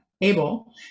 able